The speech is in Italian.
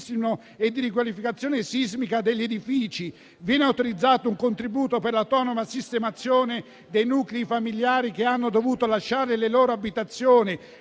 e di riqualificazione sismica degli edifici. Viene autorizzato un contributo per l'autonoma sistemazione dei nuclei familiari che hanno dovuto lasciare le loro abitazioni.